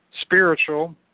spiritual